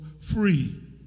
free